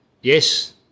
yes